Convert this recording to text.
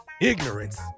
Ignorance